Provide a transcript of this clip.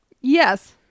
Yes